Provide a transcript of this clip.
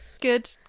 Good